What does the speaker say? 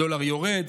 הדולר יורד,